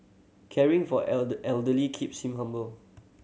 caring for elder elderly keeps in humble